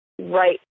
right